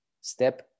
Step